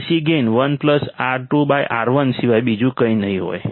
DC gain 1 R2 R1 સિવાય બીજું કંઈ નહીં હોય